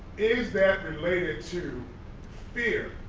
is that related to fear